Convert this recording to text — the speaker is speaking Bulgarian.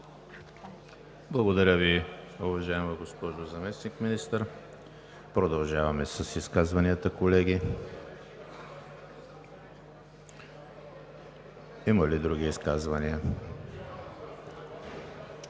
Благодаря Ви, уважаема госпожо Заместник-министър. Продължаваме с изказванията, колеги. Има ли други изказвания?